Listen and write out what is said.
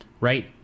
right